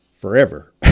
forever